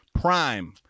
Prime